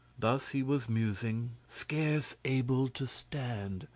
thus he was musing, scarce able to stand,